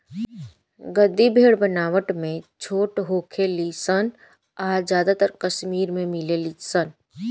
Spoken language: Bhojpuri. गद्दी भेड़ बनावट में छोट होखे ली सन आ ज्यादातर कश्मीर में मिलेली सन